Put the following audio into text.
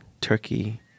turkey